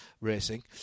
racing